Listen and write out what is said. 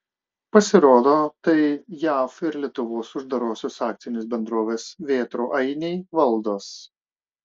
pasirodo tai jav ir lietuvos uždarosios akcinės bendrovės vėtrų ainiai valdos